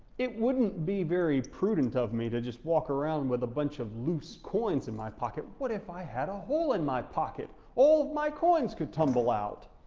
it wouldn't be very prudent of me to just walk around with a bunch of loose coins in my pocket, what if i had a hole in my pocket? all my coins could tumble out.